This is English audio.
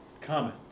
comment